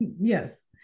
Yes